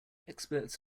experts